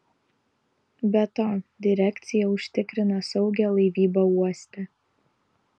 be to direkcija užtikrina saugią laivybą uoste